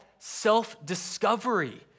self-discovery